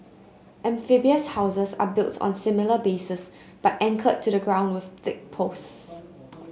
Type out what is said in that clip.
amphibious houses are built on similar bases but anchored to the ground with thick posts